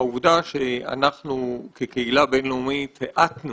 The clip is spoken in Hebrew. העובדה שאנחנו כקהילה בין-לאומית האטנו